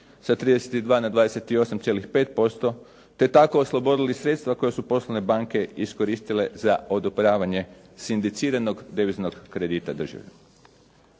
sa 32 na 28,5%, te tako oslobodili sredstva koja su poslovne banke iskoristile za odobravanje sindiciranog deviznog kredita države.